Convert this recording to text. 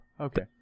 Okay